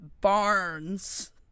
Barns